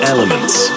Elements